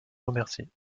remercie